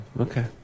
okay